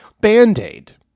Band-Aid